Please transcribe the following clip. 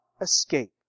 escape